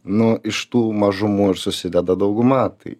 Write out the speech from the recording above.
nu iš tų mažumų ir susideda dauguma tai